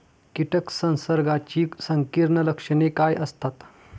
कीटक संसर्गाची संकीर्ण लक्षणे काय असतात?